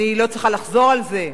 אני לא צריכה לחזור על זה.